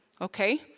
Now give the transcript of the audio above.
okay